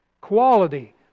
Quality